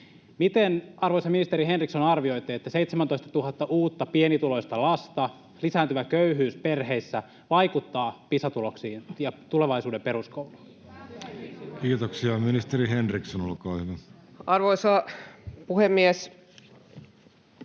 Miten, arvoisa ministeri Henriksson, arvioitte, että 17 000 uutta pienituloista lasta, lisääntyvä köyhyys perheissä, vaikuttaa Pisa-tuloksiin ja tulevaisuuden peruskouluun? [Vasemmalta: Niinpä!] Kiitoksia. — Ministeri Henriksson, olkaa hyvä. Arvoisa puhemies!